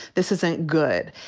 this isn't good.